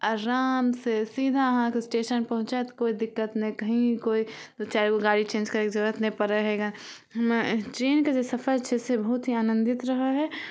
आराम से सीधा अहाँके स्टेशन पहुँचैत कोइ दिक्कत नहि कही कोइ दू चारिगो गाड़ी चेंज करयके जरूरत नहि परै हे गऽ हमरा ट्रेनके जे सफर छै से बहुत ही आनंदित रहै हइ